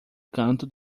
canto